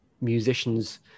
musicians